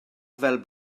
fel